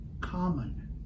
common